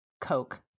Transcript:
Coke